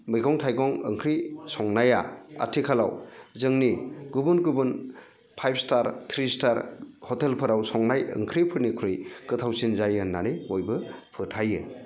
मैगं थाइगं ओंख्रि संनाया आथिखालाव जोंनि गुबुन गुबुन फाइभ स्टार थ्रि स्टार हटेलफोराव संनाय ओंख्रिफोरनिख्रुइ गोथावसिन जायो होननानै बयबो फोथायो